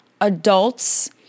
adults